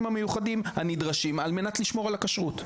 המיוחדים הנדרשים על מנת לשמור על הכשרות.